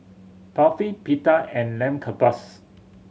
Barfi Pita and Lamb Kebabs